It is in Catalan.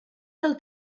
del